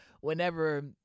whenever